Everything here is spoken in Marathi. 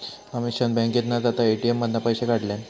अमीषान बँकेत न जाता ए.टी.एम मधना पैशे काढल्यान